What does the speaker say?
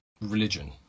religion